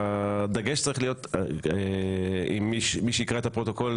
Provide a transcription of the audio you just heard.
הדגש צריך להיות מי שיקרא את הפרוטוקול